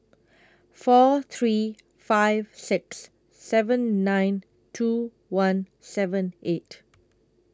four three five six seven nine two one seven eight